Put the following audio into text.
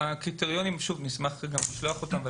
נשמח לשלוח את הקריטריונים,